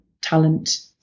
talent